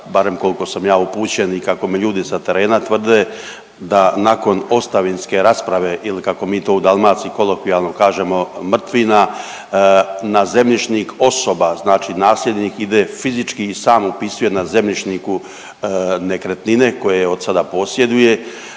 barem koliko sam ja upućen i kako mi ljudi sa terena tvrde da nakon ostavinske rasprave ili kako mi to u Dalmaciji kolokvijalno kažemo „mrtvina“ na zemljišnik osoba znači nasljednik ide fizički i sam upisuje na zemljišniku nekretnine koje odsada posjeduje,